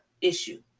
issue